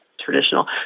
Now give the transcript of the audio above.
traditional